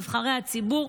נבחרי הציבור,